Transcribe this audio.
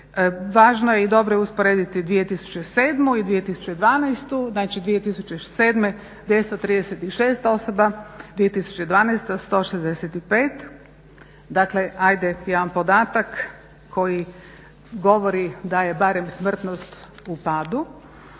Važno je, i dobro je, usporediti 2007. i 2012. Znači 2007. 236 osoba, 2012. 165. Dakle, ajde jedan podatak koji govori da je barem smrtnost u padu.